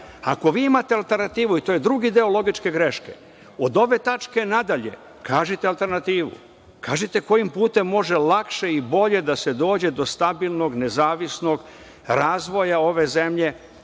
vi imate alternativu, i to je drugi deo logičke greške, od ove tačke na dalje, kažite alternativu, kažite kojim putem može lakše i bolje da se dođe do stabilnog, nezavisnog razvoja ove zemlje